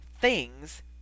things